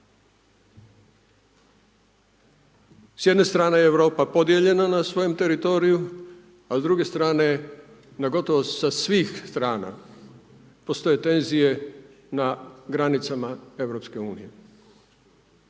s jedne strane Europa je podijeljena na svojem teritoriju a s druge strane na gotovo sa svih strana postoje tenzije na granicama EU.